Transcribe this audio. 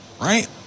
Right